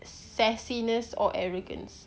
sassiness or arrogance